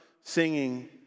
singing